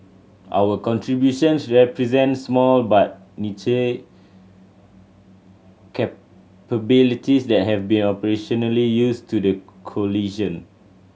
our contributions represent small but niche capabilities that have been operationally use to the coalition